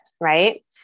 right